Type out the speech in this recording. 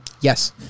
yes